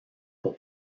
pour